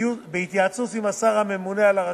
בהתייעצות עם השר הממונה על הרשות,